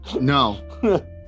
no